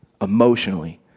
Emotionally